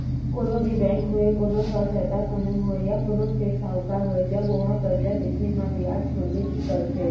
कोनो भी बेंक होवय कोनो स्व सहायता समूह होवय या कोनो सेठ साहूकार होवय जब ओहा करजा देथे म बियाज जोड़बे करथे